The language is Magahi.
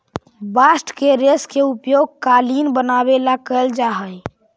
बास्ट के रेश के उपयोग कालीन बनवावे ला कैल जा हई